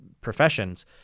professions